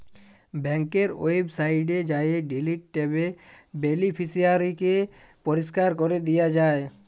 ব্যাংকের ওয়েবসাইটে যাঁয়ে ডিলিট ট্যাবে বেলিফিসিয়ারিকে পরিষ্কার ক্যরে দিয়া যায়